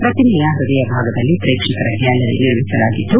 ಪ್ರತಿಮೆಯ ಪ್ಪದಯ ಭಾಗದಲ್ಲಿ ಪ್ರೇಕ್ಷಕರ ಗ್ವಾಲರಿ ನಿರ್ಮಿಸಲಾಗಿದ್ದು